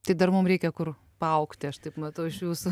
tai dar mum reikia kur paaugti aš taip matau iš jūsų